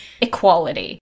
equality